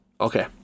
okay